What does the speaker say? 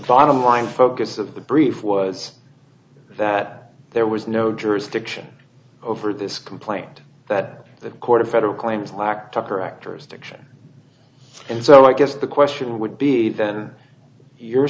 bottom line focus of the brief was that there was no jurisdiction over this complaint that the court of federal claims lack tucker actors diction and so i guess the question would be then your